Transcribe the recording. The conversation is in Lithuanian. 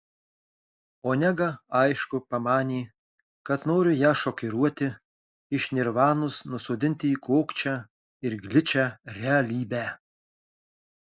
onega aišku pamanė kad noriu ją šokiruoti iš nirvanos nusodinti į kokčią ir gličią realybę